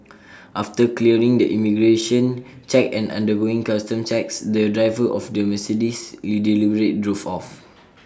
after clearing the immigration check and undergoing customs checks the driver of the Mercedes drove off